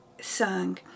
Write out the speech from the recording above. sung